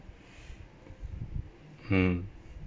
hmm